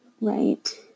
right